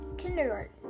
kindergarten